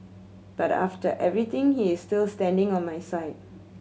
but after everything he is still standing on my side